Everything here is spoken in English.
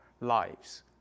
lives